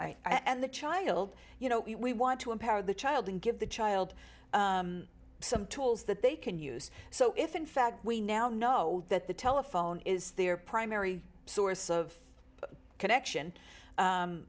and the child you know we want to empower the child and give the child some tools that they can use so if in fact we now know that the telephone is their primary source of connection